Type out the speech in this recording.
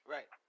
Right